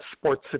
sports